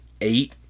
eight